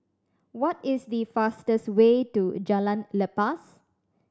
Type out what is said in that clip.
what is the fastest way to Jalan Lepas